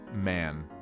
Man